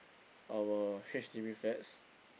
our H_D_B flats